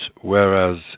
whereas